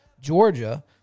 Georgia